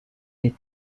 les